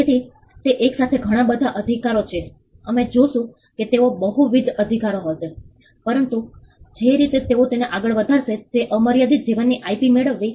તેથી તે એકસાથે ઘણા બધા અધિકારો છે અમે જોશું કે તેઓ બહુવિધ અધિકારો હશે પરંતુ જે રીતે તેઓ તેને આગળ વધારશે તે અમર્યાદિત જીવનની IP મેળવવી